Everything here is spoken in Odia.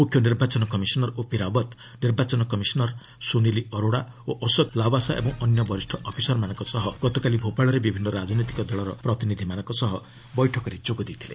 ମୁଖ୍ୟ ନିର୍ବାଚନ କମିଶନର ଓପି ରାଓ୍ୱତ' ନିର୍ବାଚନ କମିଶନର ସ୍ତନୀଲ ଅରୋରା ଓ ଅଶୋକ ଲାଓ୍ନାସା ଏବଂ ଅନ୍ୟ ବରିଷ୍ଣ ଅଫିସରମାନଙ୍କ ସହ ଗତକାଲି ଭୋପାଳରେ ବିଭିନ୍ନ ରାଜନୈତିକ ଦଳର ପ୍ରତିନିଧିମାନଙ୍କ ସହ ବୈଠକରେ ଯୋଗଦେଇଥିଲେ